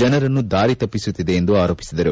ಜನರನ್ನು ದಾರಿ ತಪ್ಪಿಸುತ್ತಿದೆ ಎಂದು ಆರೋಪಿಸಿದರು